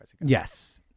Yes